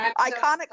Iconic